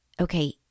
okay